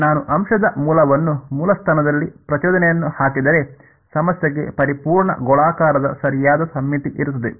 ನಾನು ಅಂಶದ ಮೂಲವನ್ನು ಮೂಲಸ್ಥಾನದಲ್ಲಿ ಪ್ರಚೋದನೆಯನ್ನು ಹಾಕಿದರೆ ಸಮಸ್ಯೆಗೆ ಪರಿಪೂರ್ಣ ಗೋಳಾಕಾರದ ಸರಿಯಾದ ಸಮ್ಮಿತಿ ಇರುತ್ತದೆ